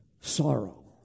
sorrow